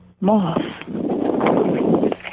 moth